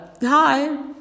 hi